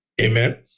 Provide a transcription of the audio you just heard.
Amen